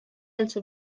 also